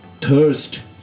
thirst